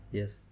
yes